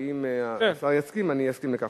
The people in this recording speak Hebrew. אם השר יסכים אני אסכים לכך.